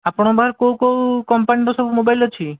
ଆପଣଙ୍କ ପାଖରେ କେଉଁ କେଉଁ କମ୍ପାନୀର ସବୁ ମୋବାଇଲ୍ ଅଛି